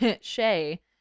Shay